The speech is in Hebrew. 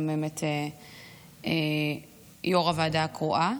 גם יו"ר הוועדה הקרואה.